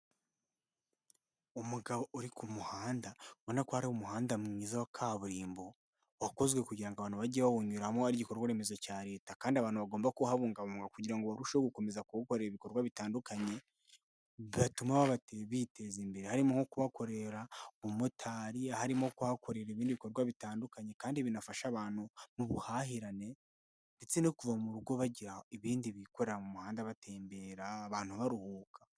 Umugabo uri ku muhanda ubona ko hari umuhanda mwiza wa kaburimbo, wakozwe kugira ngo abantu bajye bawunyuramo ari igikorwa remezo cya leta kandi abantu bagomba kuhabungabunga kugirango ngo barusheho gukomeza kuwukorera ibikorwa bitandukanye byatuma biteza imbere harimo nko kubahakorera ubumotari harimo kuhakorera ibindi bikorwa bitandukanye kandi binafasha abantu m'ubuhahirane ndetse no kuva mu rugo bajya ibindi bikorera mu muhanda batembera abantu baruhuka.